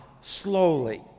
Slowly